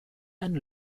and